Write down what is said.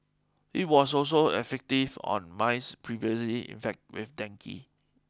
it was also effective on mice previously infected with dengue